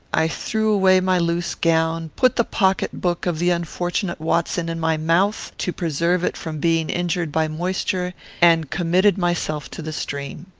i threw away my loose gown put the pocket-book of the unfortunate watson in my mouth, to preserve it from being injured by moisture and committed myself to the stream.